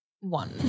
one